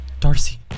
Darcy